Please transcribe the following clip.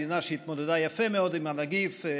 מדינה שהתמודדה יפה מאוד עם הנגיף,